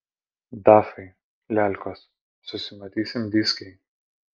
dafai lelkos susimatysim dyskėj